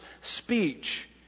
speech